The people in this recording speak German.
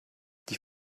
die